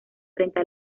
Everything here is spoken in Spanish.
frente